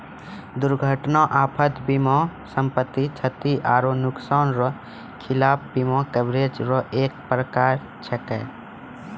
दुर्घटना आपात बीमा सम्पति, क्षति आरो नुकसान रो खिलाफ बीमा कवरेज रो एक परकार छैकै